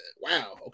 Wow